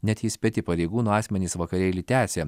net įspėti pareigūnų asmenys vakarėlį tęsė